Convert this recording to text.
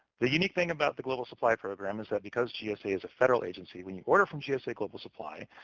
the unique thing about the global supply program is that because gsa is a federal agency, when you order from gsa global supply,